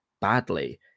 badly